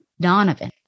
Donovan